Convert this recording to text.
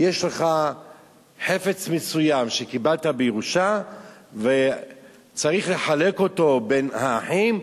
יש לך חפץ מסוים שקיבלת בירושה וצריך לחלק אותו בין האחים,